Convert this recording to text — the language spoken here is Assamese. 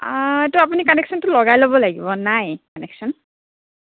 এইটো আপুনি কানেকচনটো লগাই ল'ব লাগিব নাই কানেকচন